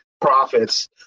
profits